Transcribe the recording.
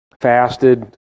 Fasted